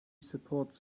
supports